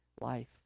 life